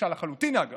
שנכשל לחלוטין, אגב?